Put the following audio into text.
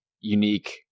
unique